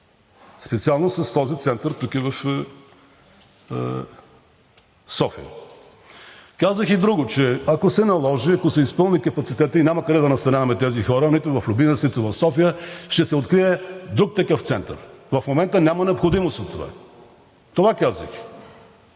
специално и с този център тук в София. Казах и друго, че ако се наложи, ако се изпълни капацитетът и няма къде да настаняваме тези хора – нито в Любимец, нито в София, ще се открие друг такъв център. В момента няма необходимост от това. Това казах.